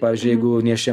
pavyzdžiui jeigu nėščia